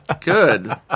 Good